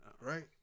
right